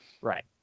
right